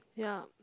yup